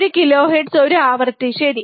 ഒരു കിലോഹെർട്സ് ഒരു ആവൃത്തിയാണ് ശരി